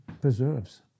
Preserves